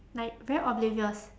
like very oblivious